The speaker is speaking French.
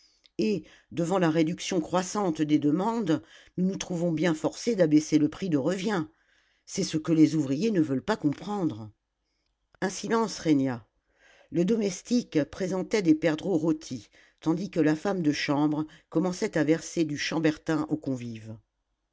et devant la réduction croissante des demandes nous nous trouvons bien forcés d'abaisser le prix de revient c'est ce que les ouvriers ne veulent pas comprendre un silence régna le domestique présentait des perdreaux rôtis tandis que la femme de chambre commençait à verser du chambertin aux convives